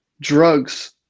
drugs